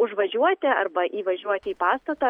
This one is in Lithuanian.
užvažiuoti arba įvažiuoti į pastatą